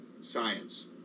science